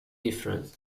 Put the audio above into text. different